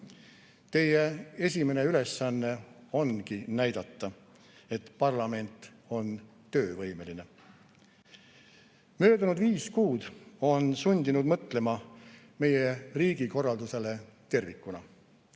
Teie esimene ülesanne ongi näidata, et parlament on töövõimeline. Möödunud viis kuud on sundinud mõtlema meie riigikorraldusele tervikuna.